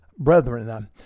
Brethren